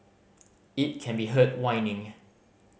it can be heard whining